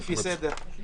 אדוני.